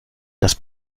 das